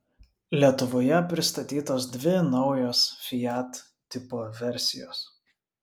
lietuvoje pristatytos dvi naujos fiat tipo versijos